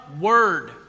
word